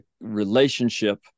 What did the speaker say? relationship